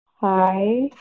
Hi